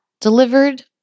delivered